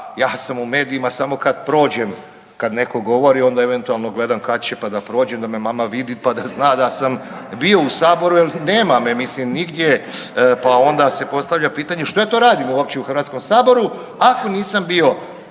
Ja sam u medijima samo kad prođem kad neko govori onda eventualno gledam kad će pa da prođem da me mama vidi pa da zna da sam bio Saboru jel nema me mislim nigdje pa onda se postavlja pitanja što ja to radim uopće u HS-u ako nisam bio